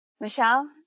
Michelle